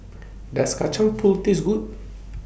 Does Kacang Pool Taste Good